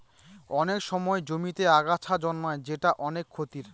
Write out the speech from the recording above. অনেক সময় জমিতে আগাছা জন্মায় যেটা অনেক ক্ষতির